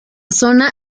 zona